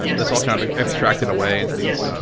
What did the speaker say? that's all kind of abstracted away into these